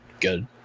good